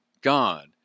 God